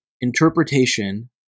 interpretation